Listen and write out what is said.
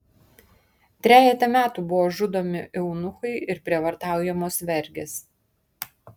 trejetą metų buvo žudomi eunuchai ir prievartaujamos vergės